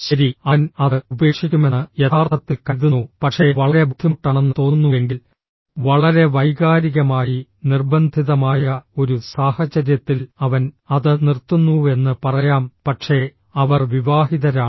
ശരി അവൻ അത് ഉപേക്ഷിക്കുമെന്ന് യഥാർത്ഥത്തിൽ കരുതുന്നു പക്ഷേ വളരെ ബുദ്ധിമുട്ടാണെന്ന് തോന്നുന്നുവെങ്കിൽ വളരെ വൈകാരികമായി നിർബന്ധിതമായ ഒരു സാഹചര്യത്തിൽ അവൻ അത് നിർത്തുന്നുവെന്ന് പറയാം പക്ഷേ അവർ വിവാഹിതരാണ്